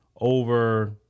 over